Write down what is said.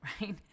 right